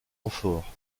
renfort